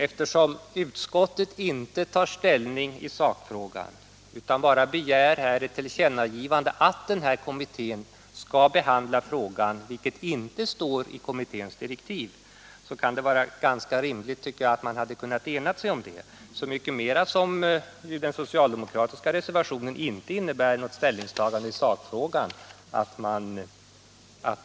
Eftersom utskottet inte tar ställning i sakfrågan utan bara begär ett tillkännagivande att kommittén skall behandla frågan — vilket inte står i kommitténs direktiv — tycker jag nämligen att det hade varit rimligt att man hade kunnat ena sig om detta, så mycket mera som den socialdemokratiska reservationen inte innebär något ställningstagande i sakfrågan eller att